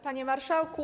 Panie Marszałku!